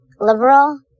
Liberal